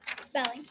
Spelling